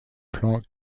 plans